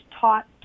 taught